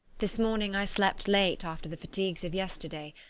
this morning i slept late after the fatigues of yesterday,